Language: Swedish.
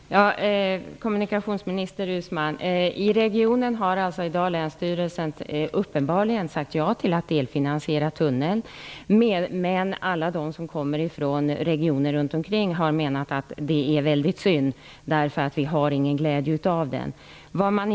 Fru talman! Kommunikationsminister Uusmann! I regionen har alltså i dag länsstyrelsen uppenbarligen sagt ja till att delfinansiera tunneln, medan alla de som kommer från regioner runt omkring har menat att det är väldigt synd, eftersom vi inte har någon glädje av en sådan tunnel.